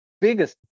biggest